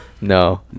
No